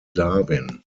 darwin